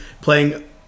playing